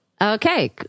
Okay